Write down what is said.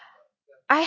I